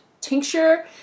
tincture